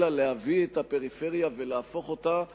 אלא להביא את הפריפריה ולהפוך אותה ל"מיינסטרים",